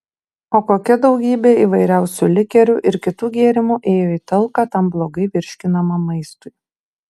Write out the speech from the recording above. o kokia daugybė įvairiausių likerių ir kitų gėrimų ėjo į talką tam blogai virškinamam maistui